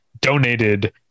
donated